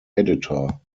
editor